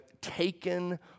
taken